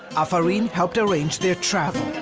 afarim helped range their travel.